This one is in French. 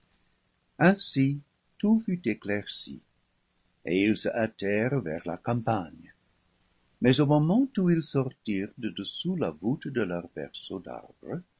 et ils se hâtèrent vers la campagne mais au moment où ils sortirent de dessous la voûte de